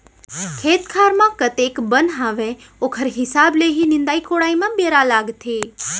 खेत खार म कतेक बन हावय ओकर हिसाब ले ही निंदाई कोड़ाई म बेरा लागथे